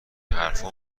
حرفمو